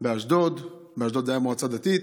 באשדוד, באשדוד זו הייתה המועצה הדתית.